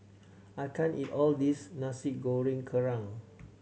I can't eat all this Nasi Goreng Kerang